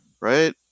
Right